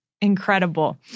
Incredible